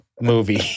movie